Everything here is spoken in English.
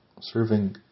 serving